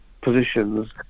positions